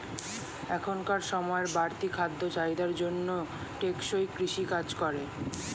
এখনকার সময়ের বাড়তি খাদ্য চাহিদার জন্য টেকসই কৃষি কাজ করে